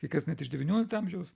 kai kas net iš devyniolikto amžiaus